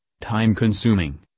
time-consuming